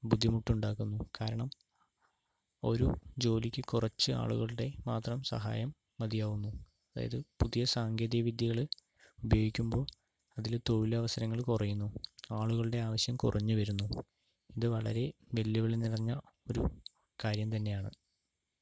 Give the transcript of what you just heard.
ബുദ്ധിമുട്ടുണ്ടാക്കുന്നു കാരണം ഒരു ജോലിക്ക് കുറച്ച് ആളുകളുടെ മാത്രം സഹായം മതിയാവുന്നു അതായത് പുതിയ സാങ്കേതിക വിദ്യകൾ ഉപയോഗിക്കുമ്പോൾ അതിൽ തൊഴിലവസരങ്ങൾ കുറയുന്നു ആളുകളുടെ ആവശ്യം കുറഞ്ഞു വരുന്നു ഇതു വളരെ വെല്ലുവിളി നിറഞ്ഞ ഒരു കാര്യം തന്നെയാണ്